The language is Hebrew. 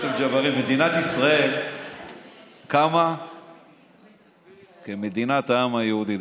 יוסף ג'בארין, מדינת ישראל קמה כמדינת העם היהודי.